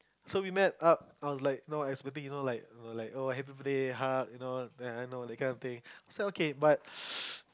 so we met up I was like no I expecting you know like oh like happy birthday hug you know ya I know that kind of thing so okay but